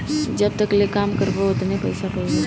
जब तकले काम करबा ओतने पइसा पइबा